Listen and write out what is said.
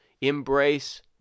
embrace